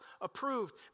approved